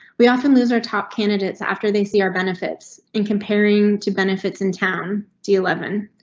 we often lose our top candidates after they see our benefits and comparing to benefits in town. do eleven.